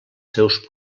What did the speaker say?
seus